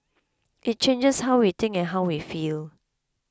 it changes how we think and how we feel